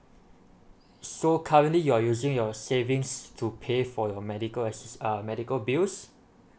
so currently you're using your savings to pay for your medical assist uh medical bills